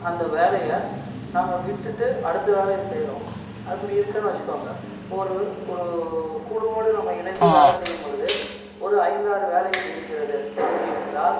அந்த வேலையை நாம் விட்டுவிட்டு அடுத்த வேலையை செய்கிறோம் அப்படி இருக்குதுன்னு வச்சிக்கோங்க ஒரு ஒரு குழுவோடு நாம் இணைந்து வேலை செய்யும்பொழுது ஒரு ஐந்து ஆறு வேலைகள் இருக்கிறது இருந்தால்